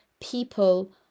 people